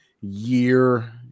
year